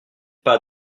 pas